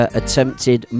attempted